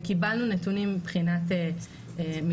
וקיבלנו נתונים מבחינה מספרית.